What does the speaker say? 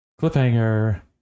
Cliffhanger